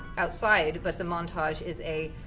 outside. but the montage is a